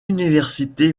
université